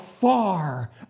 far